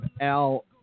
Al